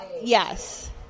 Yes